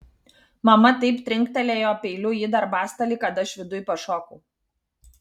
mama taip trinktelėjo peiliu į darbastalį kad aš viduj pašokau